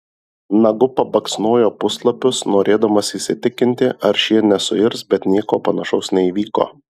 nagu pabaksnojo puslapius norėdamas įsitikinti ar šie nesuirs bet nieko panašaus neįvyko